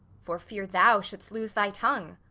for fear thou shouldst lose thy tongue.